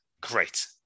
great